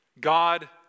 God